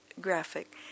graphic